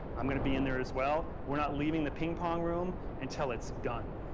i'm going to be in there as well. we're not leaving the ping pong room until it's done,